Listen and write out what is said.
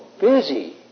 busy